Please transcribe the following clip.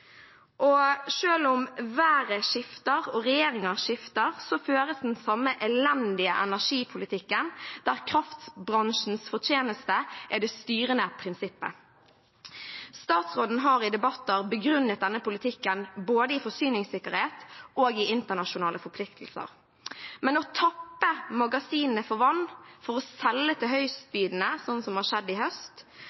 om været skifter og regjeringer skifter, føres den samme elendige energipolitikken, der kraftbransjens fortjeneste er det styrende prinsippet. Statsråden har i debatter begrunnet denne politikken både i forsyningssikkerhet og i internasjonale forpliktelser. Men å tappe magasinene for vann for å selge til